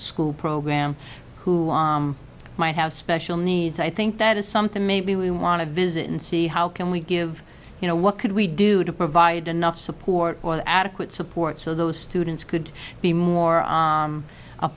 school program who might have special needs i think that is something maybe we want to visit and see how can we give you know what could we do to provide enough support for adequate support so those students could be more